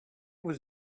was